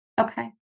Okay